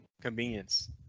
Convenience